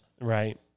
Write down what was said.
Right